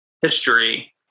history